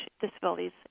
disabilities